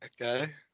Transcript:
Okay